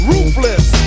Ruthless